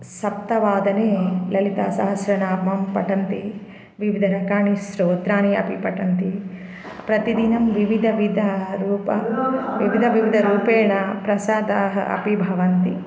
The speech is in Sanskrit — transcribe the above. सप्तवादने ललितासहस्रनामं पठन्ति विविधरकाणि स्रोत्राणि अपि पठन्ति प्रतिदिनं विविधविधरूपं विविधविविधरूपेण प्रसादाः अपि भवन्ति